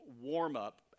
warm-up